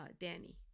Danny